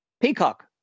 Peacock